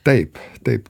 taip taip